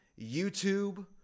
YouTube